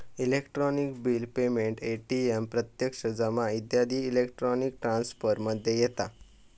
electronic bill payment, ATM प्रत्यक्ष जमा इत्यादी इलेक्ट्रॉनिक ट्रांसफर मध्ये येता